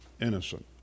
innocent